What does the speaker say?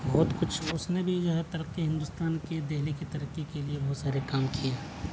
بہت کچھ اس نے بھی جو ہے ترقی ہندوستان کی دہلی کی ترقی کے لیے بہت سارے کام کیے ہیں